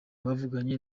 bavuganye